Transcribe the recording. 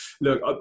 look